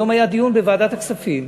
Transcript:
היום היה דיון בוועדת הכספים,